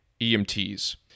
EMTs